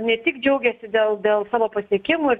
ne tik džiaugiasi dėl dėl savo pasiekimų